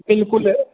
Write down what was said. बिल्कुल